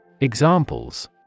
Examples